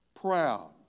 Proud